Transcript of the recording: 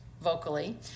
vocally